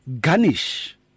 garnish